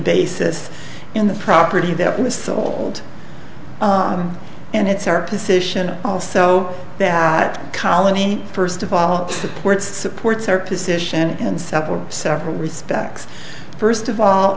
basis in the property that was sold and it's our position also that colony first of all supports supports our position and several several respects first of all